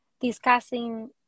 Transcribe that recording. discussing